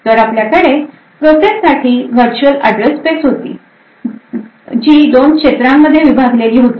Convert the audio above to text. तर आपल्याकडे प्रोसेस साठी virtual address space होती 2 क्षेत्रांमध्ये विभागलेली होती